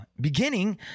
beginning